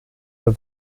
der